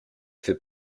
fait